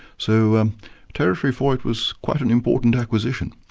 so um territory for it was quite an important acquisition.